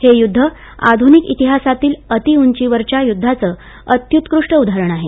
हे युद्ध आधुनिक इतिहासातील अतिउंचीवरच्या युद्धाचं वत्युत्कृष्ट उदाहरण आहे